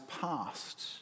passed